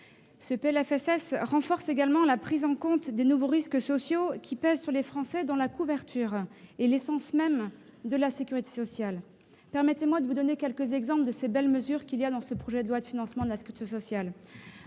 Ce texte renforce également la prise en compte des nouveaux risques sociaux qui pèsent sur les Français, dont la couverture est l'essence même de la sécurité sociale. Permettez-moi de vous donner quelques exemples de ces belles mesures que comporte ce projet de loi. Celui-ci prévoit